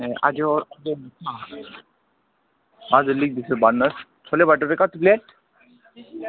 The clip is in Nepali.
ए आज केही छ हजुर लेख्दैछु भन्नुहोस् छोले भटुरे कति प्लेट